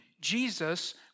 Jesus